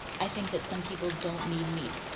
i think that some people don't need meat.